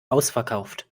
ausverkauft